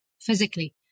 physically